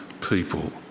people